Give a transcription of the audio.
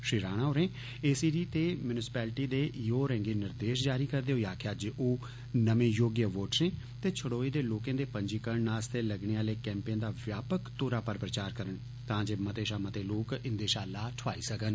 श्री राणा जोरें A C D ते municipality दे ई ओ होरें गी निर्देष जारी करदे होई आक्खेआ जे ओ नमें योग्य वोटरें ते छड़ोए दे लोकें दे पंजीकरण आस्तै लग्गने आहले कैम्पे दा व्यापक तौरा पर प्रचार करन तां जे मत्ते षा मत्ते लोक इन्दे षा लाह ठोआई सकन